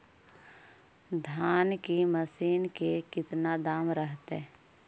धान की मशीन के कितना दाम रहतय?